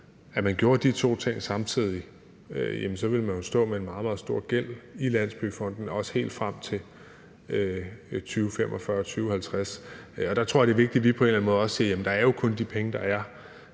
at man gjorde de to ting samtidig, så ville man jo stå med en meget, meget stor gæld i Landsbyggefonden, også helt frem til 2045-2050. Der tror jeg, det er vigtigt, at vi på en eller anden måde også siger, at der jo kun er de penge, der er,